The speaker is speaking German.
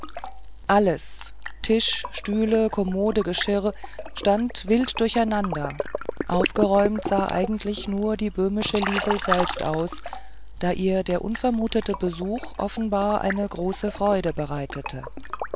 alles tisch stühle kommode geschirr stand wild durcheinander aufgeräumt sah eigentlich nur die böhmische liesel selbst aus da ihr der unvermutete besuch offenbar große freude bereitete